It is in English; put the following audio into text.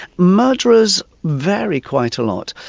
murderers vary quite a lot.